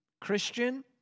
Christian